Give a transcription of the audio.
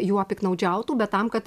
juo piktnaudžiautų bet tam kad